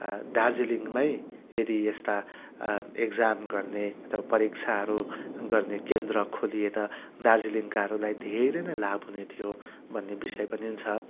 दार्जिलिङमै यदि यस्ता एक्जाम गर्ने अथवा परीक्षाहरू गर्ने केन्द्र खोलिए त दार्जिलिङकाहरूलाई धेरै नै लाभ हुने थियो भन्ने विषय पनि छ